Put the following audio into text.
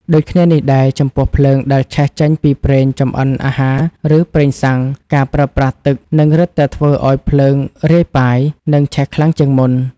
ដូចគ្នានេះដែរ ចំពោះភ្លើងដែលឆេះចេញពីប្រេងចម្អិនអាហារ ឬប្រេងសាំង ការប្រើប្រាស់ទឹកនឹងរឹតតែធ្វើឱ្យភ្លើងរាយប៉ាយ និងឆេះខ្លាំងជាងមុន។